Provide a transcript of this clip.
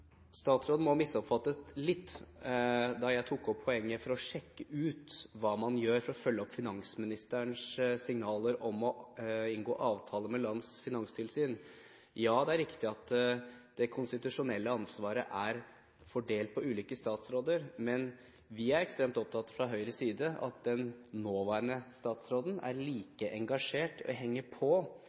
Statsråden må ha misoppfattet litt da jeg tok opp poenget med å sjekke ut hva man gjør for å følge opp finansministerens signaler om å inngå avtaler med andre lands finanstilsyn. Ja, det er riktig at det konstitusjonelle ansvaret er fordelt på ulike statsråder, men vi er fra Høyres side ekstremt opptatt av at den nåværende statsråden er like engasjert og henger på